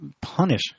punish